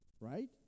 right